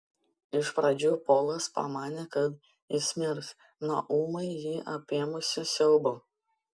iš pradžių polas pamanė kad jis mirs nuo ūmai jį apėmusio siaubo